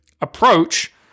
approach